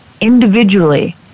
individually